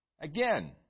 Again